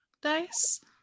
dice